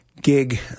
gig